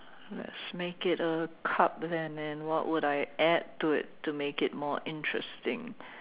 let's make it a cup then and what would I add to it to make it more interesting